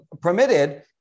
permitted